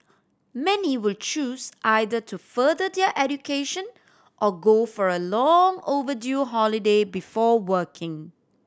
many will choose either to further their education or go for a long overdue holiday before working